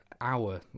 hour